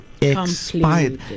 expired